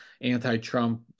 anti-Trump